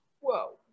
whoa